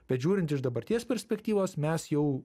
bet žiūrint iš dabarties perspektyvos mes jau